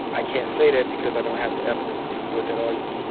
i can't say that because i don't have the evidence to support that argument.